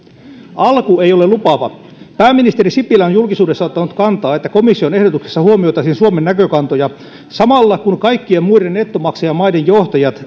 alku ei ole lupaava pääministeri sipilä on julkisuudessa ottanut kantaa että komission ehdotuksessa huomioitaisiin suomen näkökantoja samalla kun kaikkien muiden nettomaksajamaiden johtajat